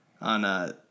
on, –